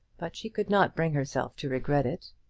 but she could not bring herself to regret it.